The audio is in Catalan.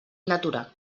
natura